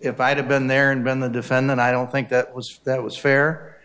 if i had been there and done the defendant i don't think that was that was fair